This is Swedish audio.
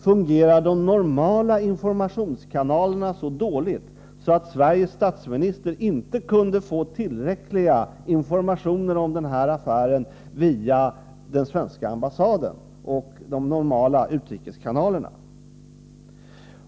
Fungerar de normala informationskanalerna så dåligt att Sveriges statsminister inte kunde få tillräckliga informationer om denna affär via den svenska ambassaden och de normala utrikeskanalerna?